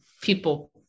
people